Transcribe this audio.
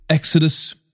Exodus